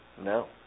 No